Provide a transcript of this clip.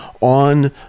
on